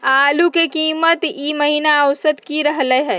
आलू के कीमत ई महिना औसत की रहलई ह?